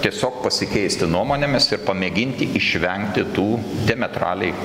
tiesiog pasikeisti nuomonėmis ir pamėginti išvengti tų diametraliai